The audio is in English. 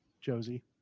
Josie